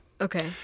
Okay